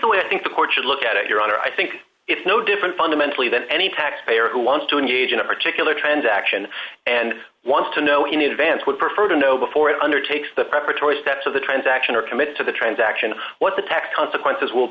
the way i think the court should look at it your honor i think it's no different fundamentally than any taxpayer who wants to engage in a particular transaction and wants to know in advance would prefer to know before it undertakes the preparatory steps of the transaction are committed to the transaction what the tax consequences will